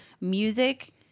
music